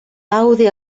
laude